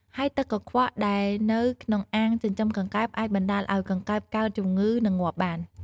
ហើយទឹកកខ្វក់ដែលនៅក្នុងអាងចិញ្ចឹមកង្កែបអាចបណ្ដាលឲ្យកង្កែបកើតជំងឺ និងងាប់បាន។